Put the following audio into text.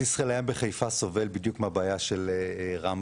בסיס חיל הים בחיפה סובל בדיוק מהבעיה של רמב"ם.